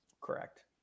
Correct